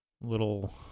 little